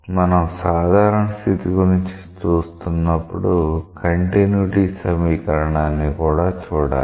మనం సాధారణ స్థితి గురించి చూస్తున్నప్పుడు కంటిన్యుటీ సమీకరణాన్ని కూడా చూడాలి